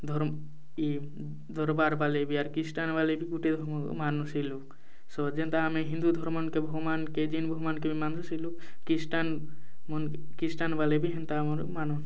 ଧରମ ଏ ଦର୍ବାର୍ ବାଲେ ବି ଆର୍ କିଷ୍ଟାନ୍ ବାଲେ ବି ଗୁଟେ ଧର୍ମକୁ ମାନୁ ସେଇ ଲୋକ ସ ଯେନ୍ତା ଆମେ ହିନ୍ଦୁ ଧର୍ମନକେ ଭଗବାନ୍କେ ଯେନ୍ ଭଗବାନ୍କେ ବି ମାନୁ ସେଇ ଲୋକ କିଷ୍ଟାନ୍ ମନକେ କିଷ୍ଟାନ୍ ବାଲେ ବି ହେନ୍ତା ଆମର୍ ମାନନ୍